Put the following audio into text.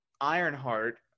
Ironheart